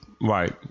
Right